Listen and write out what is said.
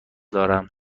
دارم